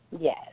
Yes